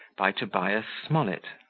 by tobias smollett